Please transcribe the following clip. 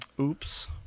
Oops